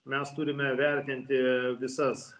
mes turime vertinti visas